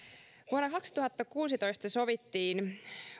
vuonna kaksituhattakuusitoista sovittiin